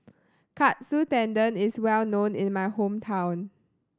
Katsu Tendon is well known in my hometown